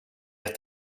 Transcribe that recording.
gett